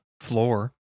floor